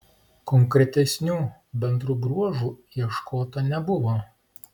konkretesnių bendrų bruožų ieškota nebuvo